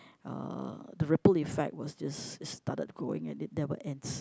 uh the ripple effect was just it started growing and it never ends